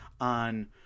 on